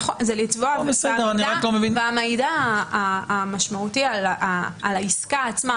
והמידע המשמעותי על העסקה עצמה,